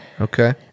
Okay